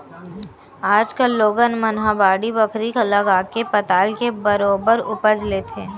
आज कल लोगन मन ह बाड़ी बखरी लगाके पताल के बरोबर उपज लेथे